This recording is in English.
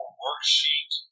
worksheet